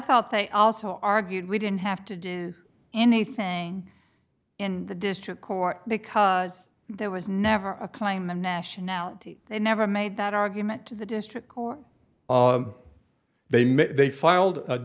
thought they also argued we didn't have to do anything in the district court because there was never a claim the nationality they never made that argument to the district court they may filed a